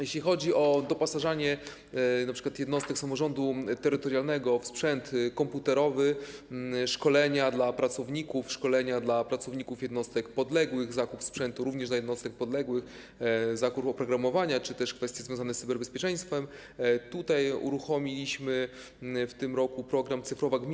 Jeśli chodzi o doposażanie np. jednostek samorządu terytorialnego w sprzęt komputerowy, szkolenia dla pracowników, szkolenia dla pracowników jednostek podległych, zakup sprzętu również dla jednostek podległych, zakup oprogramowania czy też kwestie związane z cyberbezpieczeństwem, to w tym roku uruchomiliśmy program „Cyfrowa gmina”